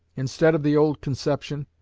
instead of the old conception,